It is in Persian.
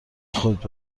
خودت